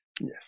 Yes